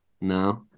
no